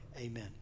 Amen